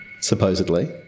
supposedly